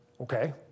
okay